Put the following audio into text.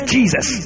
Jesus